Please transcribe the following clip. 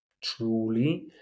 truly